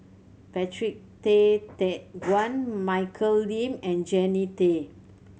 Patrick Tay Teck Guan Michelle Lim and Jannie Tay